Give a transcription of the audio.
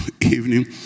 evening